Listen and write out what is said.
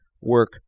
work